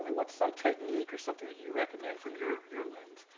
what's some technique or something you recommend from your your lens?